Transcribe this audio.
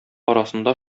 арасында